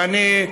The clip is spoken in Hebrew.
ואני,